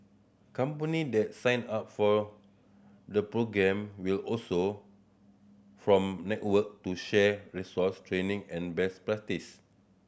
company that sign up for the programme will also from network to share resource training and best practice